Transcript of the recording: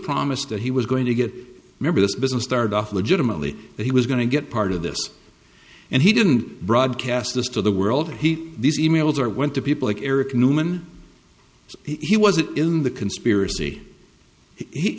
promised that he was going to get remember this business started off the gentlemanly that he was going to get part of this and he didn't broadcast this to the world he these e mails or went to people like eric newman he wasn't in the conspiracy he